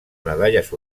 medalles